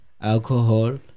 alcohol